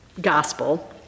Gospel